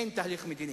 אין תהליך מדיני.